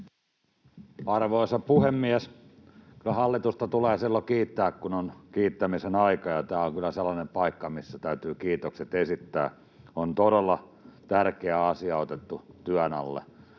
Arvoisa puhemies! Kyllä hallitusta tulee silloin kiittää, kun on kiittämisen aika, ja tämä on kyllä sellainen paikka, missä täytyy kiitokset esittää. On todella tärkeä asia otettu työn alle.